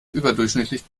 überdurchschnittlich